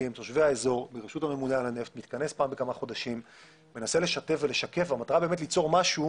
התקלות שהתרחשו עד כה באסדה - מספר התקלות,